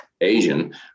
Asian